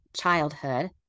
childhood